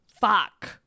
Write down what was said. Fuck